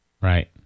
right